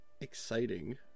Exciting